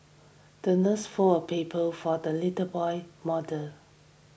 the nurse folded a paper for the little boy model